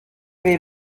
les